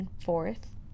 fourth